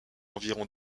environ